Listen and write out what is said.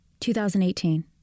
2018